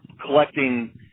collecting